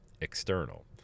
external